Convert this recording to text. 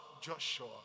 Joshua